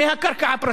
נא לסיים, אדוני.